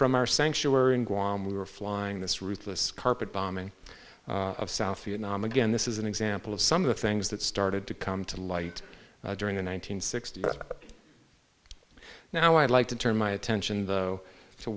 from our sanctuary in guam we were flying this ruthless carpet bombing of south vietnam again this is an example of some of the things that started to come to light during the one nine hundred sixty s now i'd like to turn my attention though